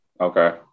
Okay